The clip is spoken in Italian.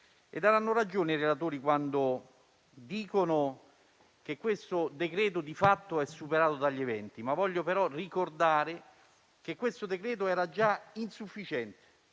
Hanno ragione i relatori quando dicono che questo decreto di fatto è superato dagli eventi, ma voglio ricordare che il provvedimento era già insufficiente